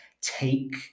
Take